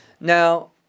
now